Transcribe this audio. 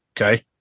Okay